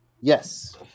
Yes